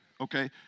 Okay